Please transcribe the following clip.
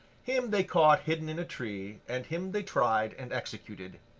him they caught hidden in a tree, and him they tried and executed.